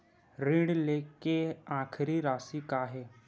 ऋण लेके आखिरी राशि का हे?